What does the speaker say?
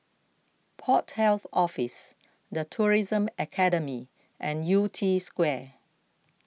Port Health Office the Tourism Academy and Yew Tee Square